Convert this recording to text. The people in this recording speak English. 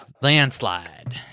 Landslide